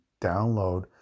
download